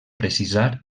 precisar